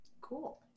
Cool